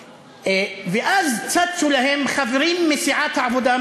ואז צצו להם חברים מסיעת העבודה,